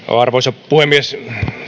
arvoisa puhemies